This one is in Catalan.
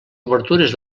obertures